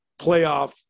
playoff